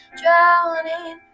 drowning